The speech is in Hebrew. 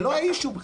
זה לא האישו בכלל,